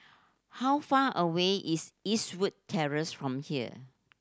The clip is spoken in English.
how far away is Eastwood Terrace from here